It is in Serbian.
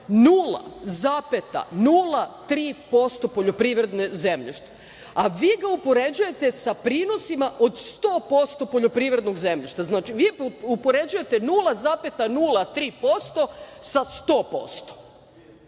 0,03% poljoprivrednog zemljišta, a vi ga upoređujete sa prinosima od 100% poljoprivrednog zemljišta? Vi upoređujete 0,03% sa 100%